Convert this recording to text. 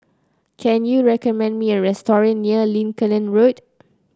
can you recommend me a restaurant near Lincoln Road